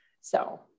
So-